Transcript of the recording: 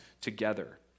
together